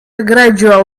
gradual